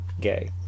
gay